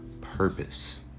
purpose